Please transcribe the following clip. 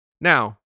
Now